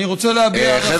אני רוצה להגיד,